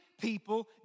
people